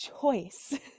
choice